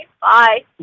Bye